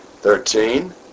Thirteen